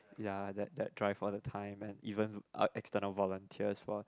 ya that that drive all the time and even uh external volunteers who are